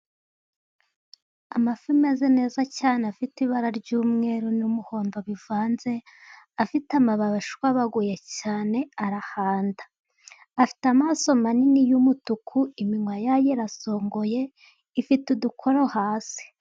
Amafi meza neza cyane, afite ibara ry'umweru n'umuhondo bivanze, afite amababi ashwabaguye cyane ,arahanda afite amaso manini y'umutuku ,iminwa yayo irasongoye ifite udukoro hasi.